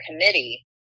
Committee